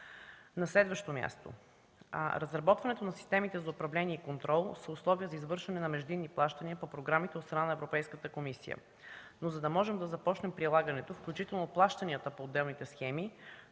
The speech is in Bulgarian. На следващо място, разработването на системите за управление и контрол – условие за извършване на междинни плащания по програмите от страна на Европейската комисия, но за да можем да започнем прилагането, включително плащанията по отделните схеми